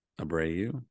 Abreu